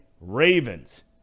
Ravens